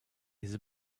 his